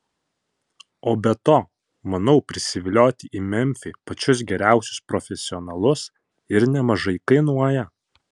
o be to manau prisivilioti į memfį pačius geriausius profesionalus ir nemažai kainuoja